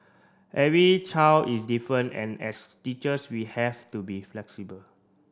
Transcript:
every child is different and as teachers we have to be flexible